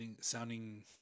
sounding